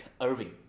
Irving